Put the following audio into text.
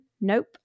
Nope